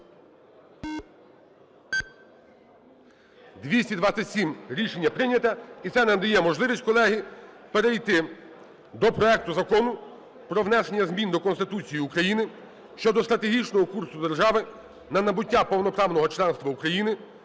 За-227 Рішення прийнято. І це нам надає можливість, колеги, перейти до проекту Закону про внесення змін до Конституції України (щодо стратегічного курсу держави на набуття повноправного членства України